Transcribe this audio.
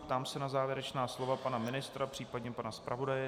Ptám se na závěrečná slova pana ministra, příp. pana zpravodaje.